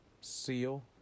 seal